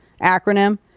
acronym